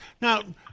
Now